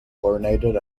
chlorinated